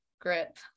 grip